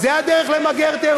זו הדרך למגר טרור.